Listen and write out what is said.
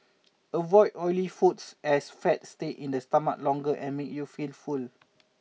avoid oily foods as fat stays in the stomach longer and makes you feel full